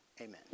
amen